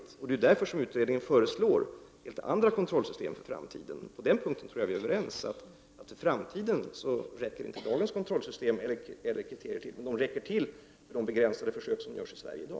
Det är också av denna anledning som utredningen föreslår helt andra kontrollsystem för framtiden. Jag tror att vi är överens om att dagens kontrollsystem och dagens kriterier inte räcker till för framtiden. De räcker emellertid till för de begränsade försök som förekommer i Sverige i dag.